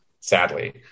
sadly